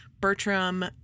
Bertram